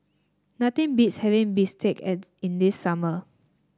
nothing beats having Bistake at in the summer